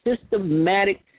systematic